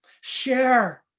Share